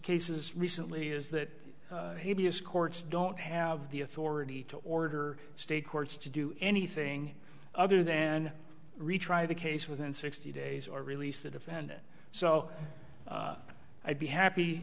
cases recently is that he be as courts don't have the authority to order state courts to do anything other than retry the case within sixty days or release the defendant so i'd be happy